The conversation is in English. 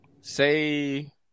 say